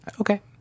Okay